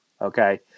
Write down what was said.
Okay